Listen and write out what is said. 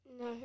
No